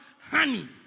honey